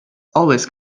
always